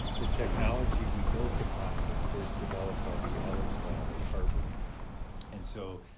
the technology we built upon was first developed by the elledge lab at harvard and so,